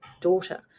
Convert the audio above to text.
daughter